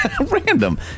Random